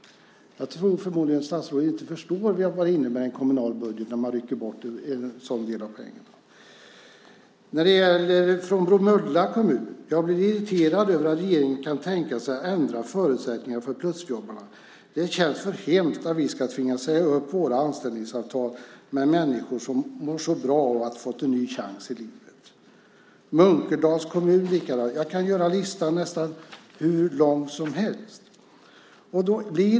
Förmodligen förstår inte statsrådet vad det innebär i en kommunal budget när man rycker bort en sådan stor del av pengarna. En representant från Bromölla kommun säger: "Jag blir så irriterad över att regeringen kan tänka sig att ändra förutsättningarna för plusjobbarna. Det känns för hemskt om vi ska tvingas säga upp våra anställningsavtal med människor som mår så bra av att ha fått en ny chans." I Munkedals kommun är det likadant. Jag kan göra listan nästan hur lång som helst!